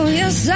yes